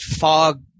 fog